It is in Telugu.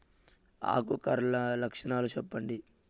ఆకు కర్ల లక్షణాలు సెప్పండి